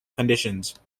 conditions